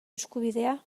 eskubidea